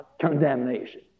condemnation